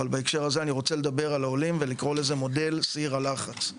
אבל בהקשר הזה אני רוצה לדבר על העולים ולקרוא לזה מודל סיר הלחץ.